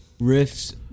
riffs